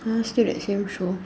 !huh! still that same show